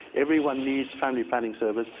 everyone needs family planning service.